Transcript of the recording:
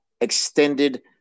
extended